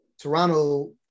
Toronto